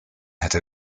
hätte